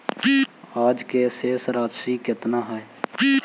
आज के शेष राशि केतना हई?